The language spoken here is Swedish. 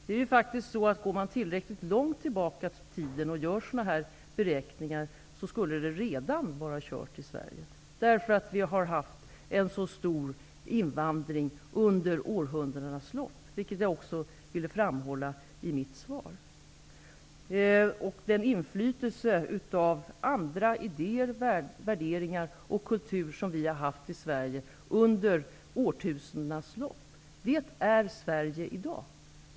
Om man skulle gå tillräckligt långt tillbaka i tiden för att göra sådana här beräkningar, skulle det redan vara kört i Sverige, därför att vi har haft en så stor invandring under århundradenas lopp. Detta framhöll jag också i mitt svar. Den inflytelse av andra idéer, värderingar och kulturer som vi har haft i Sverige under årtusendenas lopp är Sverige i dag.